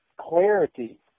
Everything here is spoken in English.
clarity